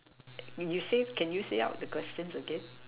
you say can say out the questions again